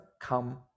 come